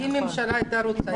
אם הממשלה הייתה רוצה,